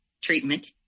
treatment